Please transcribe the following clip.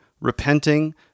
repenting